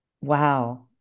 Wow